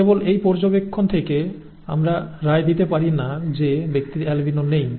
কেবল এই পর্যবেক্ষণ থেকে আমরা রায় দিতে পারি না যে ব্যক্তির অ্যালবিনো নেই